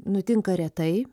nutinka retai